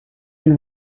and